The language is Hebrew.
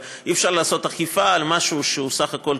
אבל אי-אפשר לעשות אכיפה על משהו שהוא בסך הכול